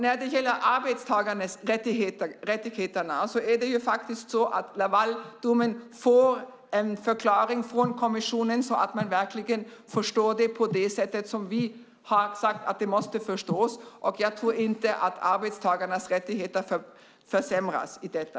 När det gäller arbetstagarrättigheterna är det faktiskt så att Lavaldomen får en förklaring från kommissionen så att man verkligen förstår den på det sättet som vi har sagt att den måste förstås. Jag tror inte att arbetstagarnas rättigheter försämras av detta.